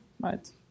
right